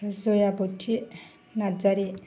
ओमफ्राय जयाबथि नारजारि